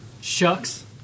Shucks